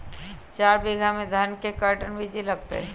चार बीघा में धन के कर्टन बिच्ची लगतै?